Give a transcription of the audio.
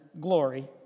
glory